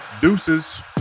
deuces